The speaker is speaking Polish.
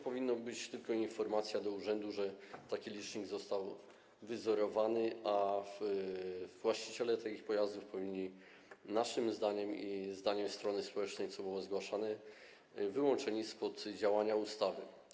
Powinna być tylko podana informacja do urzędu, że taki licznik został wyzerowany, a właściciele tych pojazdów powinni być naszym zdaniem - i zdaniem strony społecznej, co było zgłaszane - wyłączeni spod działania ustawy.